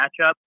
matchup